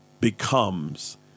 Becomes